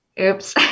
Oops